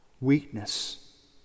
weakness